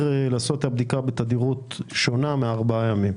לעשות את הבדיקה בתדירות שונה מארבעה ימים.